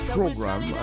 program